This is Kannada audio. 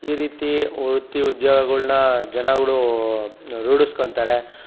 ಈ ರೀತಿ ವೃತ್ತಿ ಉದ್ಯೋಗಗಳ್ನ ಜನಗಳು ರೂಢಿಸ್ಕೊಂತಾರೆ